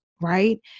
right